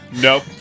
Nope